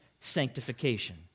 sanctification